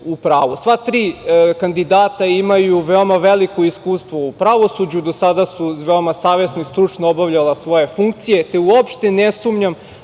Sva tri kandidata imaju veoma veliko iskustvo u pravosuđu, do sada su veoma savesno i stručno obavljala svoje funkcije, te uopšte ne sumnjam